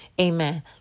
Amen